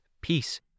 peace